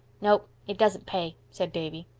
no. it doesn't pay, said davy.